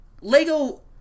Lego